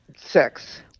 Six